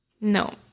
No